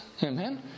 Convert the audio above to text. Amen